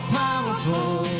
powerful